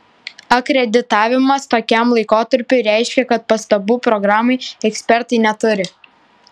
akreditavimas tokiam laikotarpiui reiškia kad pastabų programai ekspertai neturi